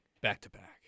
back-to-back